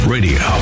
Radio